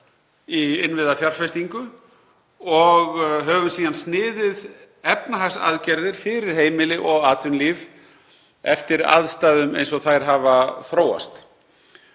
í innviðafjárfestingu og höfum síðan sniðið efnahagsaðgerðir fyrir heimili og atvinnulíf eftir aðstæðum eins og þær hafa þróast.